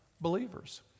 Believers